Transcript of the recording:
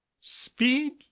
speed